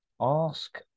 ask